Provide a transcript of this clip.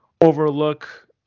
overlook